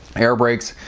air brakes.